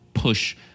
push